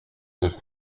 neuf